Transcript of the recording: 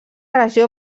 regió